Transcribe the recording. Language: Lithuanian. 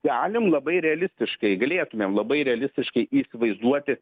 galim labai realistiškai galėtumėm labai realistiškai įsivaizduoti